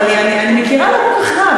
אני מכירה לא כל כך רע,